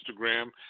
Instagram